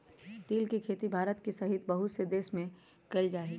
तिल के खेती भारत सहित बहुत से देश में कइल जाहई